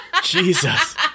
Jesus